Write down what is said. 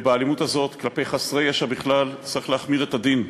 שבאלימות הזאת כלפי חסרי ישע בכלל צריך להחמיר את הדין,